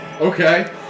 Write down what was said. Okay